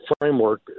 framework